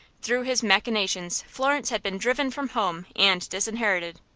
through his machinations florence had been driven from home and disinherited.